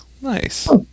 Nice